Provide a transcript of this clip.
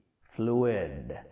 fluid